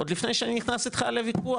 עוד לפני שאני בכלל נכנס איתך לוויכוח